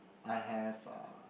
I have a